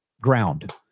ground